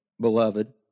beloved